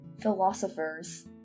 philosophers